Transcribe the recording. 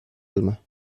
alma